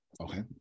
Okay